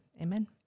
Amen